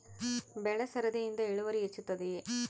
ಬೆಳೆ ಸರದಿಯಿಂದ ಇಳುವರಿ ಹೆಚ್ಚುತ್ತದೆಯೇ?